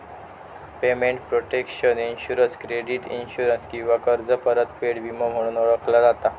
payment protection insurance credit insurance किंवा कर्ज परतफेड विमो म्हणूनही ओळखला जाता